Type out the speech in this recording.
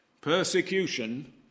Persecution